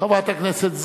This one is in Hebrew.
רבותי,